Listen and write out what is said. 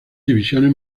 divisiones